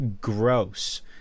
gross